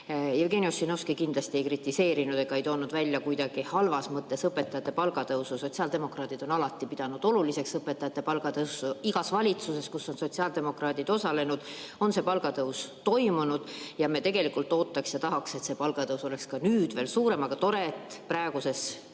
Jevgeni Ossinovski kindlasti ei kritiseerinud ega toonud välja kuidagi halvas mõttes õpetajate palga tõusu. Sotsiaaldemokraadid on alati pidanud oluliseks õpetajate palga tõusu. Igas valitsuses, kus on sotsiaaldemokraadid osalenud, on see palgatõus toimunud ja me tegelikult ootaks ja tahaks, et see palgatõus oleks ka nüüd veel suurem. Aga tore, et järgmise